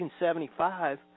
1975